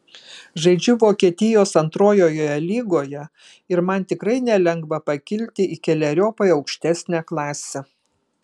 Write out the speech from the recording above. žaidžiu vokietijos antrojoje lygoje ir man tikrai nelengva pakilti į keleriopai aukštesnę klasę